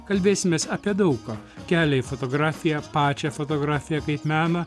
kalbėsimės apie daug ką kelią į fotografiją pačią fotografiją kaip meną